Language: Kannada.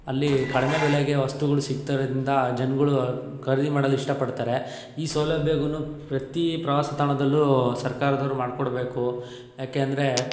ಅಲ್ಲಿ ಕಡಿಮೆ ಬೆಲೆಗೆ ವಸ್ತುಗಳು ಸಿಗ್ತವಿಂದ ಜನಗಳು ಖರೀದಿ ಮಾಡಲು ಇಷ್ಟಪಡ್ತಾರೆ ಈ ಸೌಲಭ್ಯಗುನು ಪ್ರತಿ ಪ್ರವಾಸ ತಾಣದಲ್ಲೂ ಸರ್ಕಾರ್ದವರು ಮಾಡ್ಕೊಡ್ಬೇಕು ಏಕೆಂದರೆ